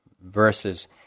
verses